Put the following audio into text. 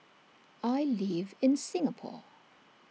I live in Singapore